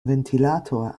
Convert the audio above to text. ventilator